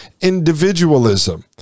individualism